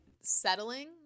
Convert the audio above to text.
settling